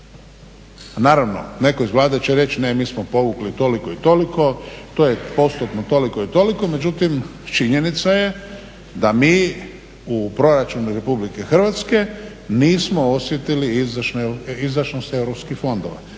naravno netko iz Vlade će reći ne, mi smo povukli toliko i toliko, to je postotno toliko i toliko međutim činjenica je da mi u Proračunu RH nismo osjetili izdašnost europskih fondova.